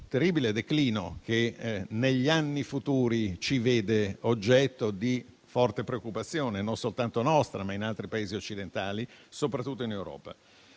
terribile declino che negli anni futuri ci vede oggetto di forte preoccupazione, non soltanto nostra, ma di altri Paesi occidentali, soprattutto in Europa.